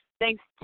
Thanks